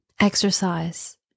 Exercise